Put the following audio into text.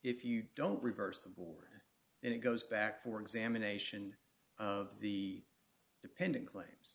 if you don't reverse the board and it goes back for examination of the dependent claims